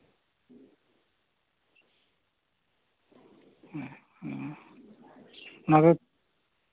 ᱚᱱᱟᱫᱚ